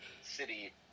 city